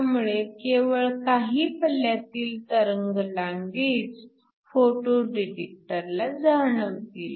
त्यामुळे केवळ काही पल्ल्यातील तरंगलांबीच फोटो डिटेक्टरला जाणवतील